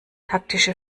taktische